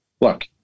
look